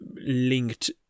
linked